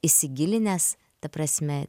įsigilinęs ta prasme